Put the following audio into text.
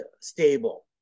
stable